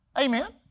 Amen